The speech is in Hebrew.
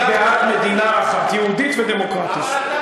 אני בעד מדינה אחת, יהודית ודמוקרטית.